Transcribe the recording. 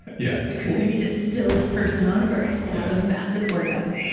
yeah. who can be the stillest person on earth to have a massive orgasm?